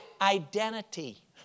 identity